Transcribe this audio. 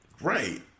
Right